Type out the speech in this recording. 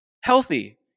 healthy